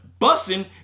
bussing